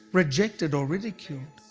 rejected or ridiculed.